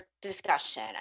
discussion